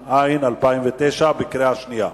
התש"ע 2009, בקריאה שנייה,